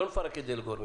לא נפרק את זה לגורמים.